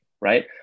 right